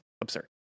absurd